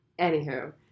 Anywho